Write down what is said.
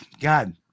God